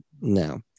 No